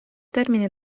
termine